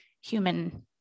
human